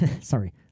sorry